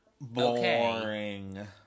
boring